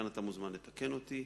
ואתה מוזמן לתקן אותי,